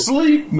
Sleep